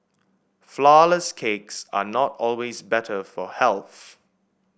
flourless cakes are not always better for health